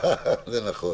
זה נכון.